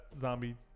zombie